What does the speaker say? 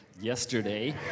yesterday